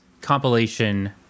compilation